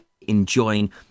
enjoying